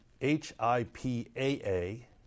H-I-P-A-A